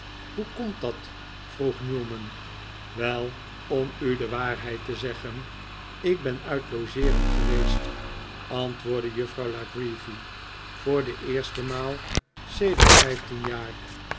hoe komt dat vroeg newman wel om u de waarheid te zeggen ik ben uit logeeren geweest antwoordde juffrouw la creevy voor de eerste maal sedert vijftien jaar